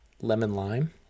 lemon-lime